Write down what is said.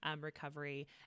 recovery